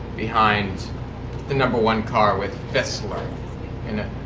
behind the number one car with fassler in it.